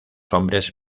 hombres